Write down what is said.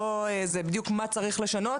בדיוק מה צריך לשנות.